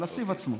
על הסיב עצמו.